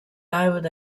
lived